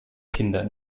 kinder